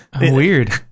weird